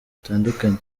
butandukanye